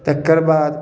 तकर बाद